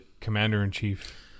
commander-in-chief